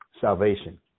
salvation